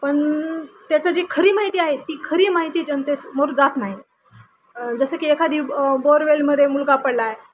पण त्याचं जी खरी माहिती आहे ती खरी माहिती जनतेसमोर जात नाही जसं की एखादी बोअरवेलमध्ये मुलगा पडला आहे